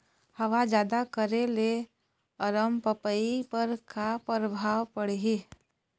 हवा जादा करे ले अरमपपई पर का परभाव पड़िही?